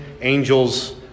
angels